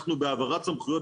אנחנו בהעברת סמכויות,